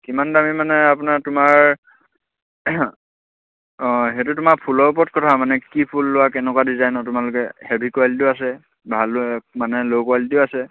কিমান দামী মানে আপোনাৰ তোমাৰ অঁ সেইটো তোমাৰ ফুলৰ ওপৰত কথা মানে কি ফুল লোৱা কেনেকুৱা ডিজাইনৰ তোমালোকে হেভি কোৱালিটিও আছে ভাল মানে ল' কোৱালিটিও আছে